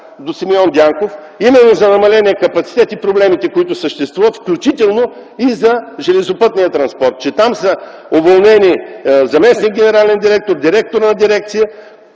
до Симеон Дянков именно за намаления капацитет и проблемите, които съществуват, включително и за железопътния транспорт – че там са уволнени заместник-генерален директор, директор на дирекция